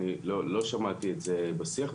אני לא שמעתי את זה בשיח,